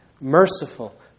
merciful